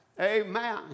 Amen